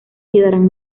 quedarán